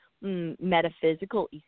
metaphysical